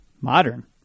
Modern